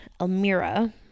Elmira